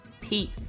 Peace